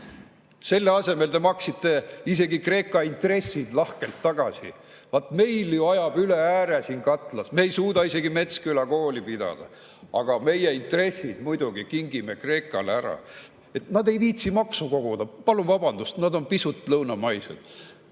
Selle asemel te maksite isegi Kreeka intressid lahkelt tagasi. Vaat meil ju ajab üle ääre siin katlas. Me ei suuda isegi Metsküla kooli pidada, aga meie intressid muidugi kingime Kreekale ära. "Nad ei viitsi maksu koguda. Palun vabandust! Nad on pisut lõunamaised."